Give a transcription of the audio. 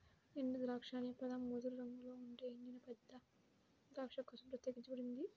ఎండుద్రాక్ష అనే పదం ముదురు రంగులో ఉండే ఎండిన పెద్ద ద్రాక్ష కోసం ప్రత్యేకించబడింది